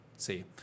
See